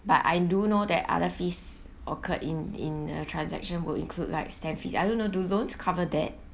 but I do know that other fees occurred in in a transaction will include like stamp fees I don't know do loans cover that